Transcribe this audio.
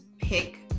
pick